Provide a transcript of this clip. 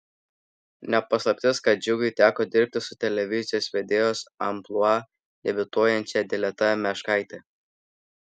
ne paslaptis kad džiugui teko dirbti su televizijos vedėjos amplua debiutuojančia dileta meškaite